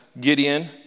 Gideon